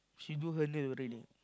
she do her nail already